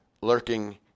lurking